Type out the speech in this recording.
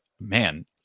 man